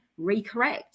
recorrect